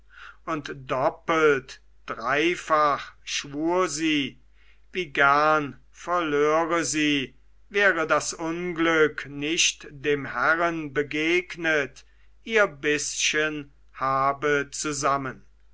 und doppelt dreifach schwur sie wie gern verlöre sie wäre das unglück nicht dem herren begegnet ihr bißchen habe zusammen